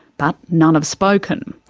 but none have spoken.